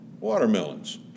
Watermelons